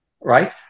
right